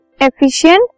Efficient